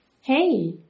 Hey